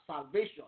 salvation